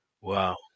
Wow